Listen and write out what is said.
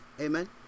Amen